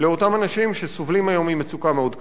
לאותם אנשים שסובלים היום ממצוקה מאוד קשה.